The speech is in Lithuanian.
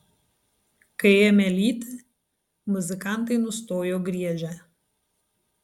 kai ėmė lyti muzikantai nustojo griežę